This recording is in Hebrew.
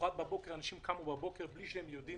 למחרת בבוקר אנשים קמו מבלי לדעת,